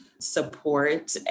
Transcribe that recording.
support